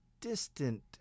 distant